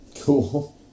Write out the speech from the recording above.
Cool